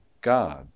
God